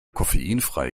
koffeinfreie